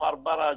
כפר ברא,